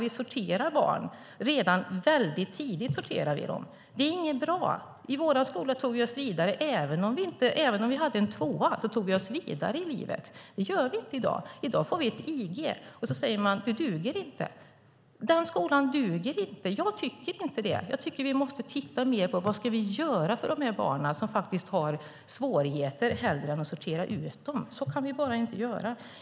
Vi sorterar barn väldigt tidigt, och det är inte bra. I våra skolor tog vi oss vidare. Även om vi hade en tvåa tog vi oss vidare i livet. Det gör man inte i dag. I dag får man ett IG och får höra att man inte duger. Men i själva verket är det sorteringsskolan som inte duger. Vi måste titta mer på vad vi ska göra för de barn som har svårigheter i stället för att sortera ut dem. Så kan vi bara inte göra.